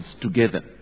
together